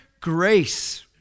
grace